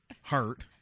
heart